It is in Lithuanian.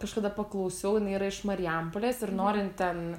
kažkada paklausiau jinai yra iš marijampolės ir nori jin ten